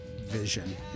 vision